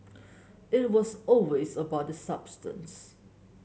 it was always about the substance